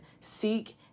seek